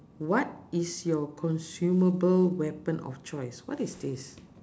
what is your consumable weapon of choice what is this